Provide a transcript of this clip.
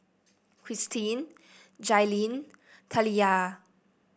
Kirstin Jailyn Taliyah